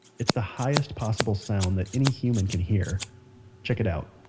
it's the highest possible sound that any human can hear check it out.